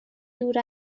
دور